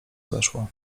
zaszło